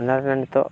ᱚᱱᱟᱨᱮᱱᱟᱝ ᱱᱤᱛᱚᱜ